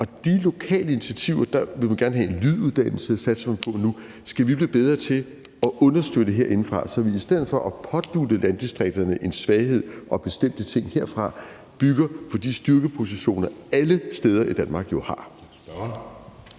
de lokale initiativer satser man nu på at få en lyduddannelse. De initiativer skal vi blive bedre til at understøtte herindefra, så vi i stedet for at pådutte landdistrikterne en svaghed og bestemte ting herfra bygger på de styrkepositioner, alle steder i Danmark jo har.